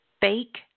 Fake